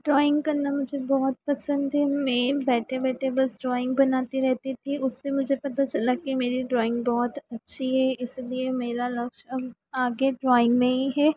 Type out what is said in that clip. drawing करना मुझे बहुत पसंद है में बैठे बैठे बस ड्राइंग बनाती रहती थी उससे मुझे पता चला कि मेरी ड्राइंग बहुत अच्छी है इसलिए मेरा लक्ष्य अब आगे ड्राइंग में ही है